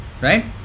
right